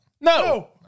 No